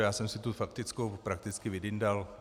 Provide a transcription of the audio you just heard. Já jsem si tu faktickou prakticky vydyndal.